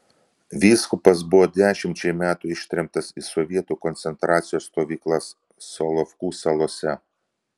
vyskupas buvo dešimčiai metų ištremtas į sovietų koncentracijos stovyklas solovkų salose